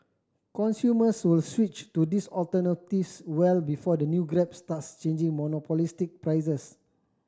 consumers will switch to these alternatives well before the new Grab starts changing monopolistic prices